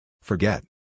Forget